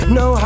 no